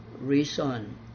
reason